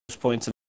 points